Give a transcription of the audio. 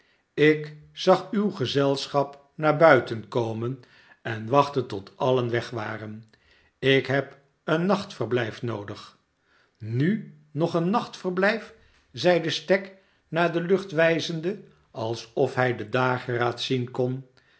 ik zag uw gezelschap naar buiten komen en wachtte tot alien weg waren ik heb een nachtverblijf noodig nu nog een nachtverblijf zeide stagg naar de lucht wijzende alsof hij den dageraad zien kon